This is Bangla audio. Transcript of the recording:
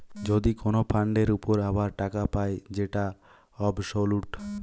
যদি কোন ফান্ডের উপর আবার টাকা পায় যেটা অবসোলুট